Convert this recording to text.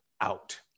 out